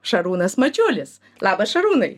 šarūnas mačiulis labas šarūnai